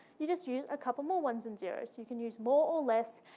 you just use a couple more ones and zeroes. you can use more or less,